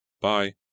Bye